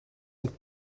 und